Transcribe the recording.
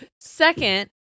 Second